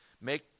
make